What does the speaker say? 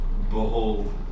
Behold